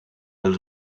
els